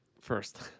First